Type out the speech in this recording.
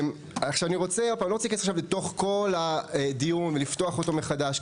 אני לא רוצה להיכנס עכשיו לתוך כל הדיון ולפתוח אותו מחדש,